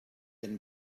and